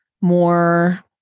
more